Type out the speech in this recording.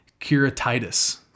keratitis